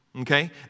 Okay